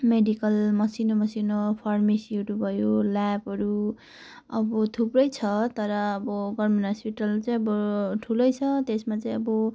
medical मसिनो मसिनो फार्मेसीहरू भयो ल्याबहरू अब थुप्रै छ तर अब गभर्मेन्ट हस्पिटल चाहिँ अब ठुलै छ त्यसमा चाहिँ अब